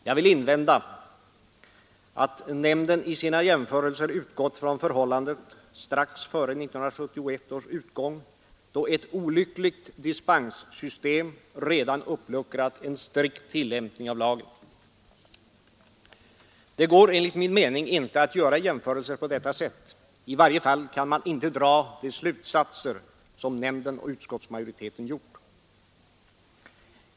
Jag vill invända att nämnden i sina jämförelser utgått från förhållandet strax före 1971 års utgång då ett olyckligt dispenssystem redan uppluckrat en strikt tillämpning av lagen. Det går enligt min mening inte att göra jämförelser på detta sätt. I varje fall kan man inte dra de slutsatser som nämnden och utskottsmajoriteten gjort.